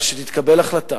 אבל שתתקבל החלטה,